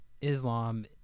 Islam